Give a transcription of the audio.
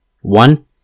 One